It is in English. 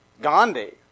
Gandhi